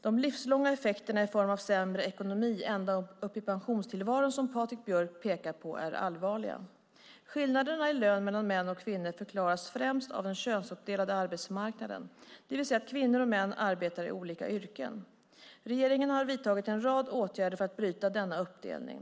De livslånga effekterna i form av sämre ekonomi ända upp i pensionstillvaron, som Patrik Björk pekar på är allvarliga. Skillnader i lön mellan män och kvinnor förklaras främst av den könsuppdelade arbetsmarknaden, det vill säga att kvinnor och män arbetar i olika yrken. Regeringen har vidtagit en rad åtgärder för att bryta denna uppdelning.